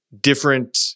different